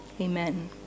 Amen